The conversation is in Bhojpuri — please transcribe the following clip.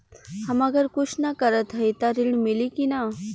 हम अगर कुछ न करत हई त ऋण मिली कि ना?